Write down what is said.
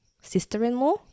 sister-in-law